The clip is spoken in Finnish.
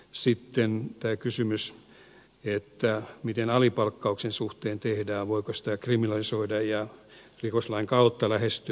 sitten tämä kysymys mitä alipalkkauksen suhteen tehdään voiko sitä kriminalisoida ja rikoslain kautta lähestyä